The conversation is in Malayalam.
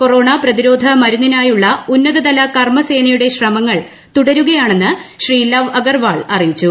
കൊറോണ പ്രതിരോധ മരുന്നിനായുള്ള ഉന്നതതല കർമ്മസേനയുടെ ശ്രമങ്ങൾ തുടരുകയാണെന്ന് ശ്രീ ലവ് അഗർവാൾ അറിയിച്ചു